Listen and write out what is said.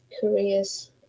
careers